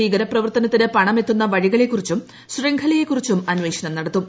ഭീകര പ്രവർത്തനത്തിന് പണമെത്തുന്ന വഴികളെക്കുറിച്ചും ശൃംഖലയെ ക്കുറിച്ചും അന്വേഷണം നടത്തും